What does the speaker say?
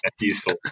useful